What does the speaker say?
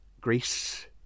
Greece